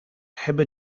hebben